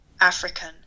African